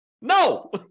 No